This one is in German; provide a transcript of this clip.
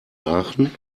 aachen